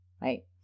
right